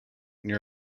near